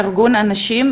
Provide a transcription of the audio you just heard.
ארגון אנש"ים,